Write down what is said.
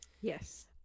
yes